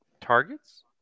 targets